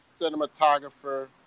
cinematographer